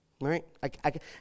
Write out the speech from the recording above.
right